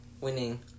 winning